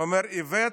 הוא אומר: איווט,